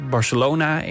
Barcelona